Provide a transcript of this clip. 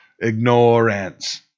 ignorance